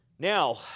Now